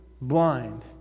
blind